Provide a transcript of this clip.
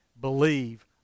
believe